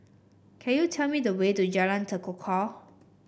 can you tell me the way to Jalan Tekukor